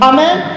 Amen